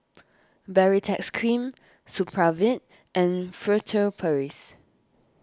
Baritex Cream Supravit and Furtere Paris